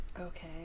Okay